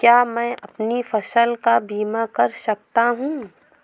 क्या मैं अपनी फसल का बीमा कर सकता हूँ?